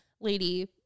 lady